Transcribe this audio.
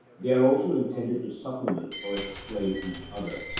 they are also intended to supplement or explain each other.